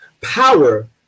Power